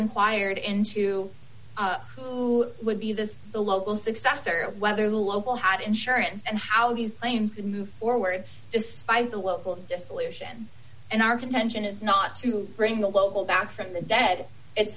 inquired into who would be this the local successor whether local had insurance and how he's claimed to move forward despite the local dissolution and our contention is not to bring the local back from the dead it's